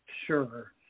Sure